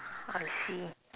I see